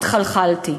התחלחלתי.